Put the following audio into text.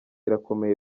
irakomeye